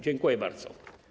Dziękuję bardzo.